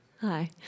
Hi